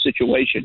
situation